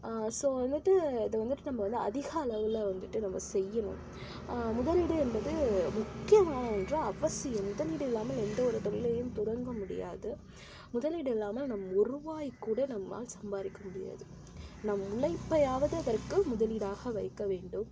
so வந்துட்டு அது வந்துட்டு நம்ம வந்து அதிகளவில் வந்துட்டு நம்ப செய்யணும் முதலீடு என்பது முக்கியமான ஒன்று அவசியம் முதலீடு இல்லாமல் எந்த ஒரு தொழிலையும் தொடங்க முடியாது முதலீடு இல்லாமல் ஒருவாய் கூட நம்மால் சம்பாதிக்க முடியாது நம் உழைப்பையாவது அவருக்கு முதலீடாக வைக்க வேண்டும்